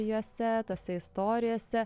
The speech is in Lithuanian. jose tose istorijose